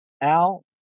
Al